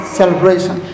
celebration